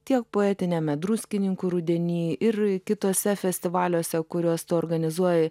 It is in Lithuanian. tiek poetiniame druskininkų rudeny ir kituose festivaliuose kuriuos tu organizuoji